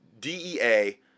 DEA